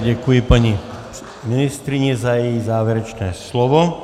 Děkuji paní ministryni za její závěrečné slovo.